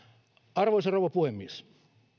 arvoisa rouva puhemies